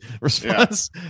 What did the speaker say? response